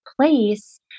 place